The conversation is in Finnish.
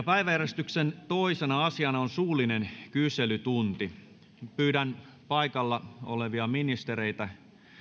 päiväjärjestyksen toisena asiana on suullinen kyselytunti pyydän paikalla olevia ministereitä